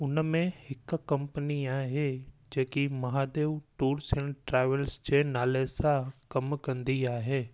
उन में हिकु कंपनी आहे जेकी महादेव टूर्स एण्ड ट्रेवल नाले सां कमु कंदी आहे